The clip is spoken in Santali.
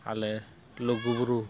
ᱟᱞᱮ ᱞᱩᱜᱩᱵᱩᱨᱩ